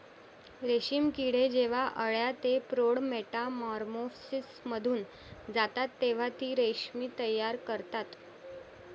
रेशीम किडे जेव्हा अळ्या ते प्रौढ मेटामॉर्फोसिसमधून जातात तेव्हा ते रेशीम तयार करतात